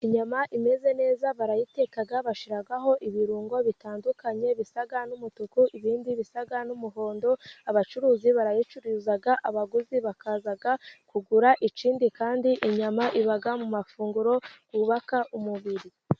Inyama imeze neza, barayiteka, bashyiraho ibirungo bitandukanye, bisa n'umutuku, ibindi bisa n'umuhondo. Abacuruzi barayicururiza, abaguzi bakaza kugura. Ikindi kandi, inyama iba mu mafunguro yubaka umubiri.